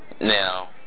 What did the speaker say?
Now